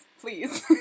please